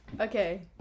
Okay